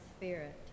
spirit